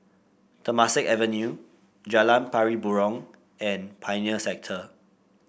Temasek Avenue Jalan Pari Burong and Pioneer Sector